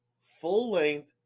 full-length